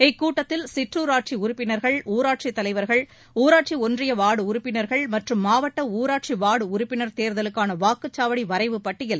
இக்கூட்டத்தில் சிற்றூராட்சி உறுப்பினர்கள் ஊராட்சித் தலைவர்கள் ஊராட்சி ஒன்றிய வார்டு உறுப்பினர்கள் மற்றும் மாவட்ட ஊராட்சி வார்டு உறுப்பினர் தேர்தலுக்கான வாக்குச்சாவடி வரைவுப் பட்டியல்